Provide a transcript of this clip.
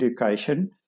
education